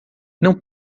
não